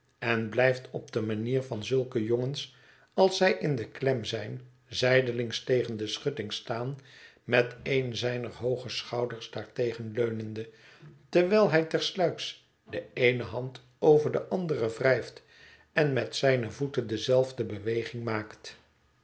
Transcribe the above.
en blijft op de manier van zulke jongens als zij in de klem zijn zijdelings tegen de schutting staan met een zijner hooge schouders daartegen leunende terwijl hij tersluiks de eene hand over de andere wrijft en met zijne voeten dezelfde beweging maakt